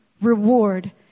reward